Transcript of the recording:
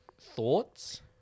thoughts